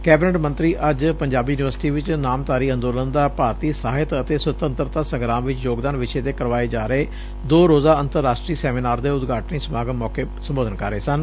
cabinet ਮੰਤਰੀ ਅੱਜ Punjabi university ਚ ਨਾਮਧਾਰੀ ਅੰਦੋਲਨ ਦਾ ਭਾਰਤੀ ਸਾਹਿਤ ਅਤੇ ਸੁਤੰਤਰਤਾ ਸੰਗਰਾਮ ਵਿੱਚ ਯੋਗਦਾਨ ਵਿਸ਼ੇ ਤੇ ਕਰਵਾਏ ਜਾ ਰਹੇ ਦੋ ਰੋਜ਼ਾ ਅੰਤਰ ਰਾਸ਼ਟਰੀ ਸੈਮੀਨਾਰ ਦੇ ਉਦਘਾਟਨੀ ਸਮਾਗਮ ਮੌਕੇ ਸੰਬੋਧਨ ਕਰ ਰਹੇ ਸਨ